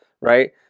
right